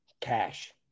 Cash